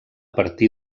partir